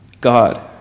God